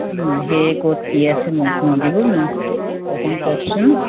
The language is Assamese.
ওম সেয়ে ক'ত কি আছে মঠ মন্দিৰবোৰ অ অকণ কওকচোন